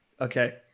Okay